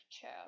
chair